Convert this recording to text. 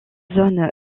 zone